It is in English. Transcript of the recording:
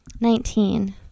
nineteen